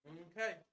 okay